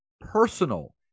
personal